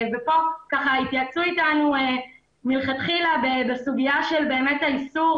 ופה התייעצו איתנו מלכתחילה בסוגיה של האיסור